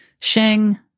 Sheng